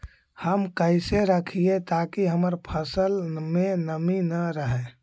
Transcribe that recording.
हम कैसे रखिये ताकी हमर फ़सल में नमी न रहै?